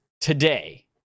today